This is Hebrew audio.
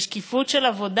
כשאומרים שקיפות של עבודה.